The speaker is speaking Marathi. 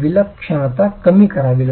विलक्षणता कमी करावी लागेल